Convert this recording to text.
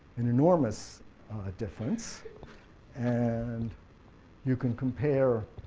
an enormous difference and you can compare,